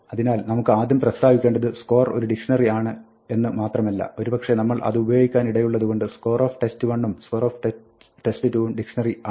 അതിനാൽ നമുക്ക് ആദ്യം പ്രസ്താവിക്കേണ്ടത് സ്കോർ ഒരു ഡിക്ഷ്ണറി ആണ് എന്ന് മാത്രമല്ല ഒരുപക്ഷേ നമ്മൾ അതുപയോഗിക്കാനിടയുള്ളത് കൊണ്ട് scoretest1 ഉം scoretest2 ഉം ഡിക്ഷ്ണറി ആണ്